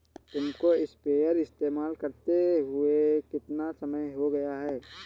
तुमको स्प्रेयर इस्तेमाल करते हुआ कितना समय हो गया है?